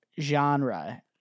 genre